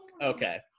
okay